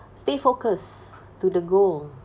stay focus to the goal